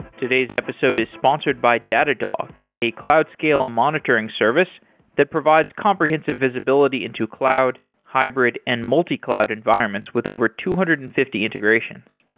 today's episode is sponsored by datadog, a cloud scale monitoring service that provides comprehensive visibility into cloud hybrid and multi-cloud environments with over two hundred and fifty integrations.